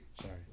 Sorry